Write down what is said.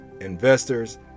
investors